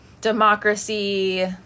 democracy